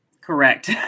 Correct